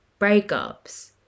Breakups